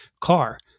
car